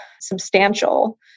substantial